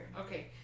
Okay